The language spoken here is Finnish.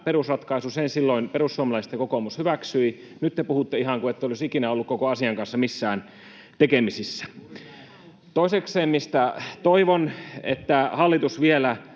perusratkaisun silloin perussuomalaiset ja kokoomus hyväksyivät. Nyt te puhutte ihan kuin ette olisi ikinä olleet koko asian kanssa missään tekemisissä. Toisekseen toivon, että hallitus vielä